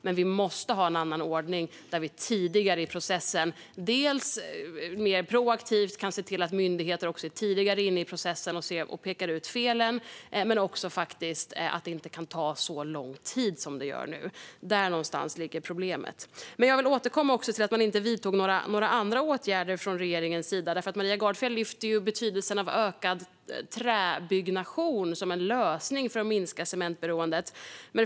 Men vi måste ha en annan ordning där vi mer proaktivt kan se till att myndigheter är inne i processen och pekar ut felen tidigare. Det kan faktiskt inte heller ta så lång tid som det gör nu. Där någonstans ligger problemet. Jag vill dock även återkomma till att man inte vidtog några andra åtgärder från regeringens sida. Maria Gardfjell lyfter betydelsen av ökad träbyggnation som en lösning för att minska cementberoendet.